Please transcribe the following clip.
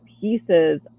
pieces